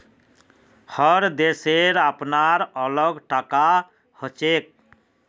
हर देशेर अपनार अलग टाका हछेक